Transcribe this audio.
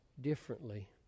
Differently